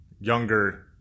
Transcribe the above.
younger